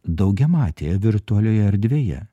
daugiamatėje virtualioje erdvėje